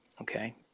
okay